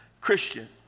Christian